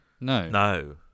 No